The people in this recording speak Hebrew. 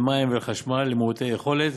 מים וחשמל למעוטי יכולת